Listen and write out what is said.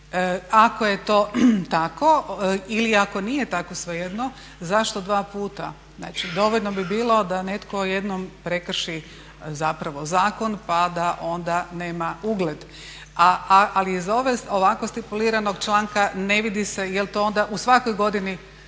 Ako je to tako ili ako nije tako, svejedno, zašto dva puta? Znači, dovoljno bi bilo da netko jednom prekrši zapravo zakon pa da onda nema ugled. Ali iz ovako stipuliranog članka ne vidi se jel' to onda u svakoj godini